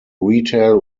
retail